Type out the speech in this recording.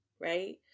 right